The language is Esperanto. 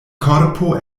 korpo